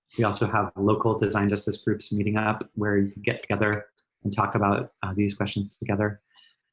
we also have a local design justice groups meeting up where you can get together and talk about these questions together.